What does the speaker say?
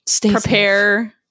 prepare